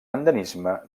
endemisme